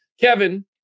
kevin